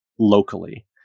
locally